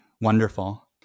wonderful